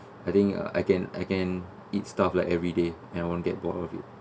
I think uh I can I can eat stuff like every day and won't get bored of it